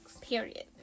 Period